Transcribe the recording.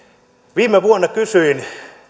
viime vuonna kysyin